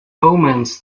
omens